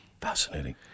Fascinating